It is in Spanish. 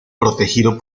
protegido